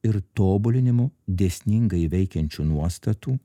ir tobulinimu dėsningai veikiančių nuostatų